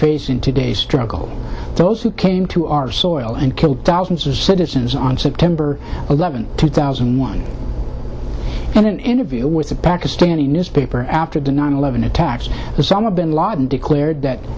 face in today's struggle those who came to our soil and killed thousands of citizens on september eleventh two thousand and one in an interview with a pakistani newspaper after the nine eleven attacks and some of bin ladin declared that